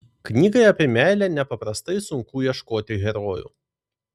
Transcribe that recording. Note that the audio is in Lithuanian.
knygai apie meilę nepaprastai sunku ieškoti herojų